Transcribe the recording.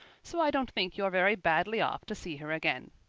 so i don't think you're very badly off to see her again.